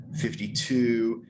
52